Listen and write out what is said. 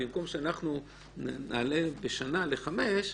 במקום שנעלה בשנה ל-5,